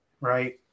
right